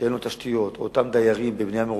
שאין לו תשתיות, או אותם דיירים בבנייה מרוכזת,